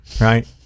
Right